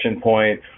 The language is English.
point